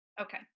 Okay